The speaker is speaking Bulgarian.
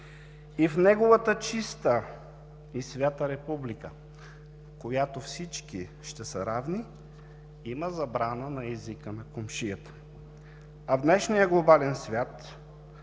и в неговата „чиста и свята Република“, в която всички ще са равни, има забрана на езика на комшията, а в днешния глобален свят,